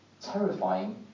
terrifying